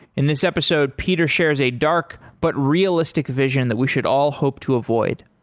in this episode, peter shares a dark but realistic vision that we should all hope to avoid.